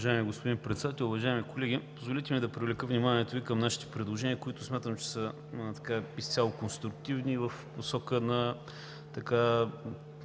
Уважаеми господин Председател, уважаеми колеги, позволете ми да привлека вниманието Ви към нашите предложения, които смятам, че са изцяло конструктивни в посока на